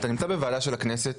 אתה יושב בוועדה של הכנסת,